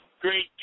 great